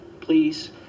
Please